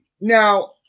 Now